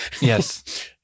Yes